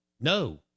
no